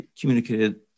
communicated